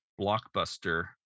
blockbuster